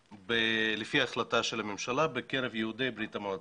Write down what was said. לפי ההחלטה של הממשלה בקרב יהודי ברית המועצות.